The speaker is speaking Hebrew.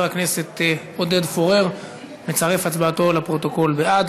הכנסת עודד פורר מצרף את הצבעתו לפרוטוקול בעד.